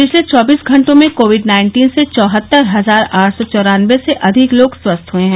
पिछले चौबीस घंटों में कोविड नाइन्टीन से चौहत्तर हजार आठ सौ चौरानवे से अधिक लोग स्वस्थ हए हैं